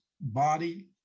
body